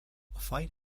fight